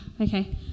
Okay